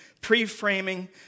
pre-framing